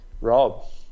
Rob